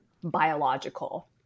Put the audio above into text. biological